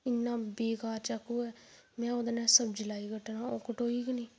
इन्ना बेकार चाकू ऐ ओह्देदे कन्नै सब्जी लगे कट्टन कटोई गै नेईं